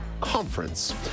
Conference